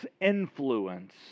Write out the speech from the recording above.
influence